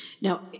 Now